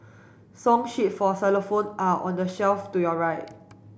song sheets for xylophone are on the shelf to your right